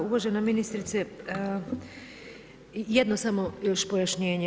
Uvažena ministrice, jedno samo još pojašnjenje.